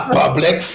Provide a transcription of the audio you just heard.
public